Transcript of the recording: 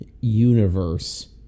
universe